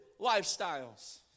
lifestyles